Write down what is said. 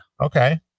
Okay